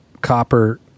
copper